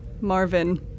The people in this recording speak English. Marvin